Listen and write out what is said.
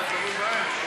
נתקבל.